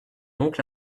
oncle